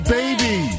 baby